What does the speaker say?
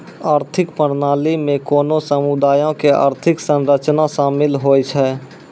आर्थिक प्रणाली मे कोनो समुदायो के आर्थिक संरचना शामिल होय छै